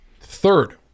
third